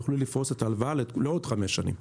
יוכלו לפרוס את ההלוואה לעוד חמש שנים.